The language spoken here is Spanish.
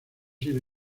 sido